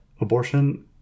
abortion